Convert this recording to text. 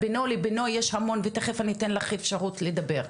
אבל בינו לבינו יש המון ותיכף אני אתן לך את האפשרות לדבר.